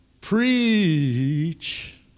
preach